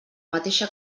mateixa